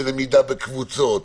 למידה בקבוצות,